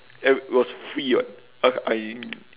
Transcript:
it it was free [what] I I